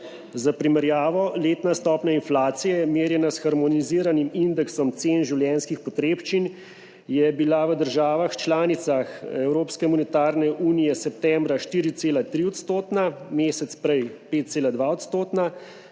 Za primerjavo, letna stopnja inflacije, merjena s harmoniziranim indeksom cen življenjskih potrebščin, je bila v državah članicah Evropske monetarne unije septembra 4,3-odstotna, mesec prej 5,2-odstotna